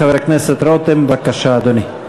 חבר הכנסת רותם, בבקשה, אדוני.